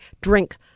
drink